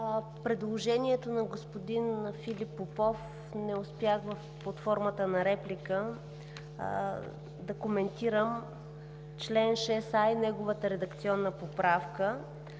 предложението на господин Филип Попов. Не успях под формата на реплика да коментирам чл. 6а и неговата редакционна поправка,